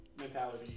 mentality